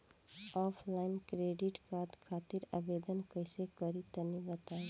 Offline credit card खातिर आवेदन कइसे करि तनि बताई?